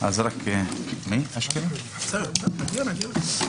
יש לכם כמה תיקונים, בעיקר בעניין מניעת רעש.